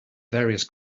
various